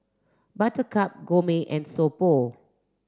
buttercup Gourmet and So Pho